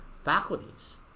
faculties